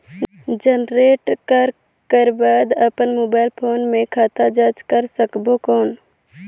Generate करक कर बाद अपन मोबाइल फोन मे खाता जांच कर सकबो कौन?